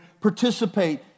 participate